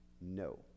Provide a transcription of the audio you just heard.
No